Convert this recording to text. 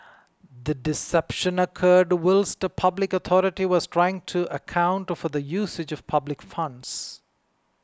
the deception occurred whilst a public authority was trying to account for the usage of public funds